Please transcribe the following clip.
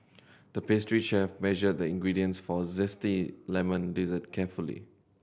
the pastry chef measured the ingredients for a zesty lemon dessert carefully